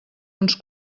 uns